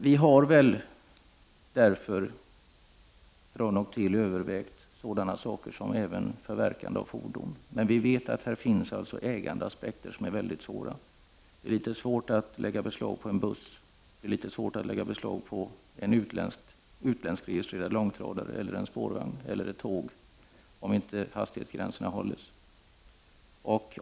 Vi har väl därför av och till övervägt sådana saker som förverkande av fordon. Men då finns ägandeaspekter som är svåra. Det är svårt att lägga beslag på en buss eller en utlandsregistrerad långtradare, en spårvagn eller ett tåg när hastighetsgränserna inte hållits.